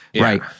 right